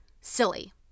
silly